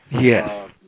Yes